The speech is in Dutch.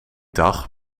dag